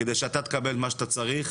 כדי שאתה תקבל את מה שאתה צריך.